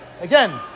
Again